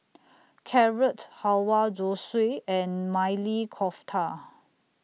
Carrot Halwa Zosui and Maili Kofta